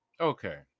Okay